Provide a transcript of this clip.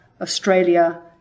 Australia